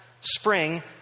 spring